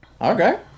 Okay